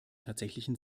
tatsächlichen